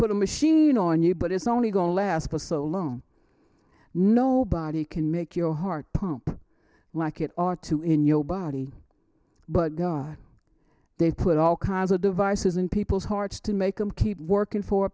put a machine on you but it's only going to last so long nobody can make your heart pump like it are too in your body but god they put all kinds of devices in people's hearts to make them keep working for a